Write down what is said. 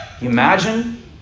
Imagine